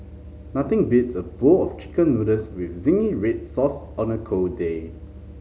nothing beats a bowl of Chicken Noodles with zingy red sauce on a cold day